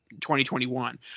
2021